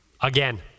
Again